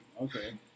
Okay